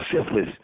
syphilis